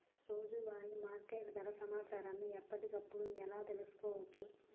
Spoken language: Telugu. రోజువారీ మార్కెట్ ధర సమాచారాన్ని ఎప్పటికప్పుడు ఎలా తెలుసుకోవచ్చు?